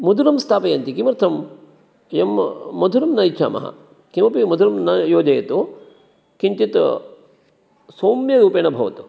मधुरं स्थापयन्ति किमर्थं यं मधुरं न इच्छामः किमपि मधुरं न योजयतु किञ्चित् सौम्यरूपेण भवतु